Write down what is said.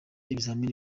ibizamini